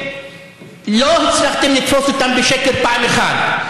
לא הצלחתם לתפוס אותם בשקר פעם אחת.